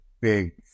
big